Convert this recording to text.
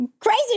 crazy